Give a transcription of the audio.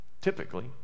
typically